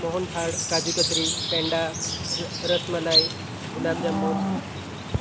mohanthal kaju katri penda rasmalai gulab જાંબુ